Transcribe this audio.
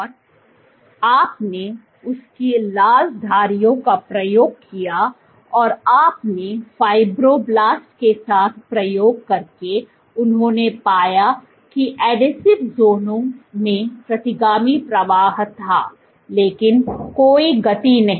और आपने उसकी लाल धारियों का प्रयोग किया और आपने फाइब्रोब्लास्ट्स के साथ प्रयोग करके उन्होंने पाया कि ऐडसेव जोनों में प्रतिगामी प्रवाह था लेकिन कोई गति नहीं